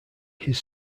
his